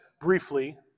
briefly